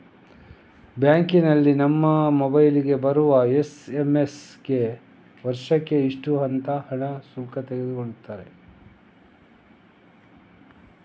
ಬ್ಯಾಂಕಿನಲ್ಲಿ ನಮ್ಮ ಮೊಬೈಲಿಗೆ ಬರುವ ಎಸ್.ಎಂ.ಎಸ್ ಗೆ ವರ್ಷಕ್ಕೆ ಇಷ್ಟು ಅಂತ ಶುಲ್ಕ ತಗೊಳ್ತಾರೆ